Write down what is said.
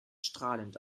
strahlend